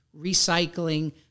recycling